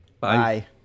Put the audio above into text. Bye